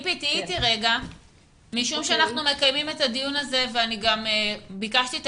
אנחנו מקיימים את הדיון הזה ואני גם ביקשתי את